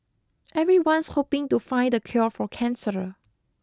everyone's hoping to find the cure for cancer